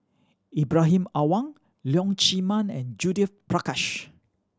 Ibrahim Awang Leong Chee Mun and Judith Prakash